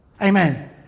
Amen